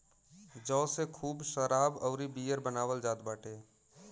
जौ से खूब शराब अउरी बियर बनावल जात बाटे